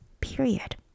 period